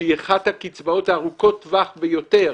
שהיא אחת הקצבאות הארוכות-טווח ביותר,